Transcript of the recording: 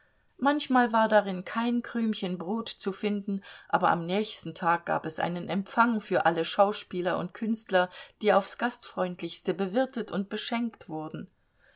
manchmal war darin kein krümchen brot zu finden aber am nächsten tag gab es einen empfang für alle schauspieler und künstler die aufs gastfreundlichste bewirtet und beschenkt wurden